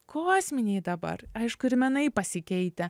kosminiai dabar aišku ir menai pasikeitę